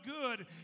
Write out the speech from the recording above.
good